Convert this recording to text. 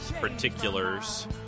particulars